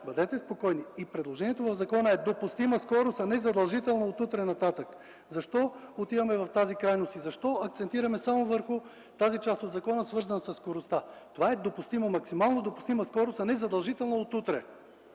бъдете спокойни. Предложението на закона е „допустима скорост”, а не задължителна от утре нататък. Защо отиваме в тази крайност и защо акцентираме само върху тази част от закона, свързан със скоростта? Това е максимално допустима скорост, а не задължително от утре.